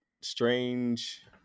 strange